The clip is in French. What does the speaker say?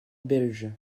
belge